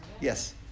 Yes